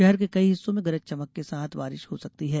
शहर के कई हिस्सों में गरज चमक के साथ बारिश हो सकती है